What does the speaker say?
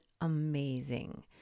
amazing